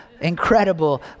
incredible